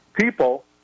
people